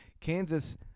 Kansas